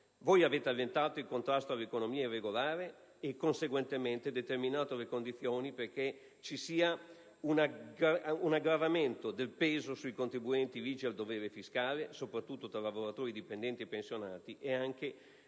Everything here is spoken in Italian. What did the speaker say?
voi avete allentato il contrasto all'economia irregolare e, conseguentemente, determinato le condizioni perché ci sia un aggravamento del peso sui contribuenti ligi al dovere fiscale, soprattutto tra i lavoratori dipendenti e i pensionati e per